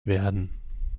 werden